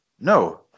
No